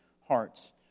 hearts